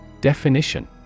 Definition